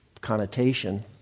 connotation